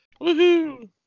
Woohoo